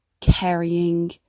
carrying